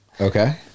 Okay